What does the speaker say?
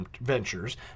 Ventures